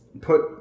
put